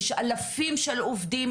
יש אלפים של עובדים,